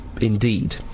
Indeed